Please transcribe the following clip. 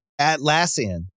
Atlassian